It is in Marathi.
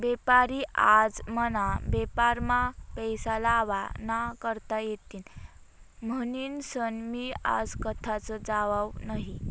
बेपारी आज मना बेपारमा पैसा लावा ना करता येतीन म्हनीसन मी आज कथाच जावाव नही